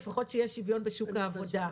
לפחות שיהיה שוויון בשוק העבודה.